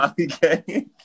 Okay